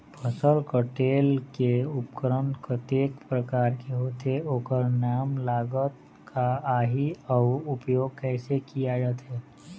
फसल कटेल के उपकरण कतेक प्रकार के होथे ओकर नाम लागत का आही अउ उपयोग कैसे किया जाथे?